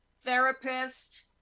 therapist